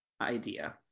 idea